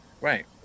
Right